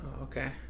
okay